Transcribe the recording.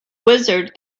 wizard